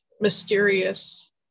mysterious